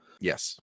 Yes